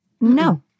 no